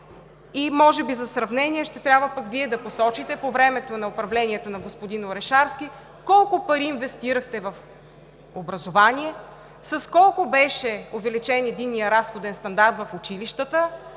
Може би за сравнение ще трябва Вие да посочите по времето на управлението на господин Орешарски колко пари инвестирахте в образование? С колко беше увеличен единният разходен стандарт в училищата?